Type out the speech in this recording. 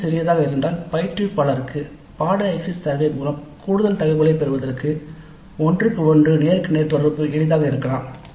எண் சிறியதாக இருந்தால் பயிற்றுவிப்பாளருக்கு பாடநெறி எக்ஸிட் சர்வே மூலம் கூடுதல் தகவல்களை பெறுவதற்கு ஒன்றுக்கு ஒன்று நேருக்கு நேர் தொடர்பு எளிதாக இருக்கலாம்